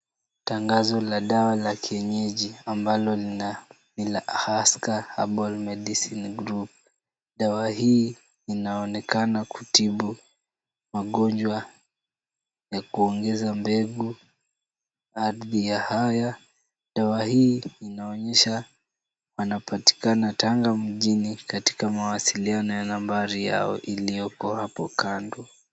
Tangazo la dawa la kienyeji ambalo lina- ni la ASKA habal medicine group. Dawa hii inaonekana kutibu, magonjwa, na kuongeza mbegu, hadhi ya haya. Dawa hii inaonyesha wanapatikana Tanga mjini katika mawasiliano ya nambari yao iliyoko hapo kando.